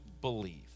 believe